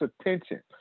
attention